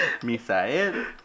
Misael